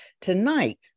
Tonight